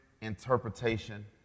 interpretation